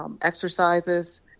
exercises